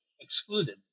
excluded